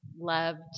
loved